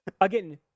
Again